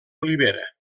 olivera